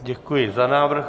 Děkuji za návrh.